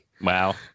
Wow